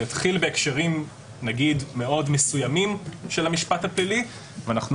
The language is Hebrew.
זה התחיל בהקשרים נגיד מאוד מסוימים של המשפט הפלילי ואנחנו